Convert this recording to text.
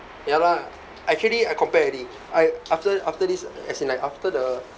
ya lah actually I compare already I after after this as in like after the